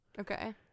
Okay